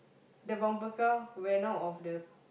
the bumper car went out of the